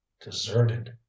deserted